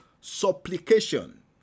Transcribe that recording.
supplication